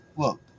Look